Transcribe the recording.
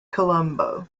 colombo